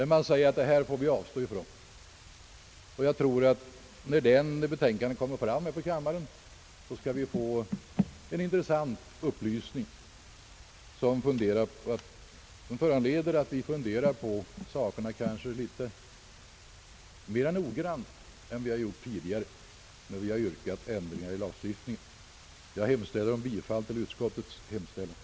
Jag tror att det betänkandet när det kommer till kammaren skall föranleda att man funderar litet mera noggrant än man gjort tidigare när vi yrkat på ändringar i lagstiftningen. Herr talman! Jag hemställer om bifall till utskottets betänkande.